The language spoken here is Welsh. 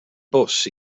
bws